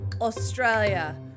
Australia